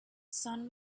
sun